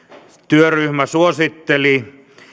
työryhmä suositteli että